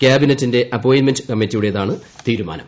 കൃാബിനറ്റിന്റെ appointment കമ്മിറ്റിയുടെതാണ് തീരുമാനം